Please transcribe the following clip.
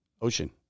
Ocean